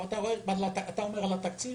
אתה אומר על התקציב?